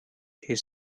his